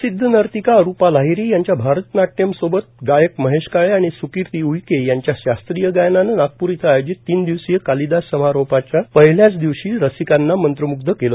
प्रसिध्द नर्तिका अरुपा लाहिरी यांच्या भरतनाटयमसोबत गायक महेश काळे आणि सुकीर्ती उईके यांच्या शास्त्रीय गायनाने नागपूर इथं आयोजित तीन दिवसीय कालिदास समारोहाच्या पहिल्याच दिवशी रसिकांना मंत्रम्ग्ध केले